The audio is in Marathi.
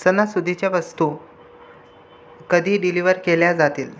सणासुदीच्या वस्तू कधी डिलिवर केल्या जातील